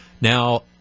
Now